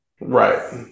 right